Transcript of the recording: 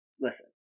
listen